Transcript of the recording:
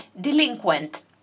delinquent